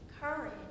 courage